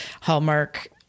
Hallmark